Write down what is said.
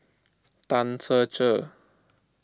Tan Ser Cher